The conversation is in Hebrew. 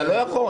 אתה לא יכול.